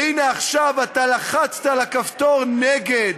והנה, עכשיו אתה לחצת על הכפתור נגד,